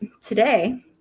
today